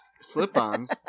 slip-ons